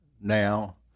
now